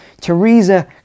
Theresa